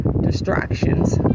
distractions